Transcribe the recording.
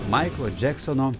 maiklo džeksono